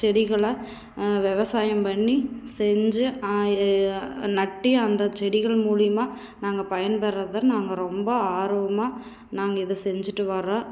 செடிகளை விவசாயம் பண்ணி செஞ்சு நட்டி அந்த செடிகள் மூலியமாக நாங்கள் பயன்பெர்றதை நாங்கள் ரொம்ப ஆர்வமாக நாங்கள் இதை செஞ்சிவிட்டு வரோம்